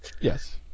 Yes